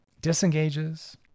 disengages